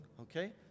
okay